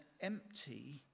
empty